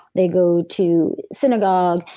they go to synagogue,